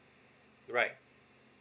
right